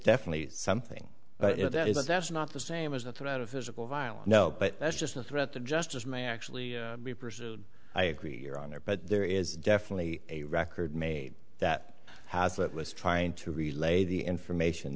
definitely something that is that's not the same as the threat of physical violence no but that's just a threat to justice may actually be pursued i agree your honor but there is definitely a record made that has that was trying to relay the information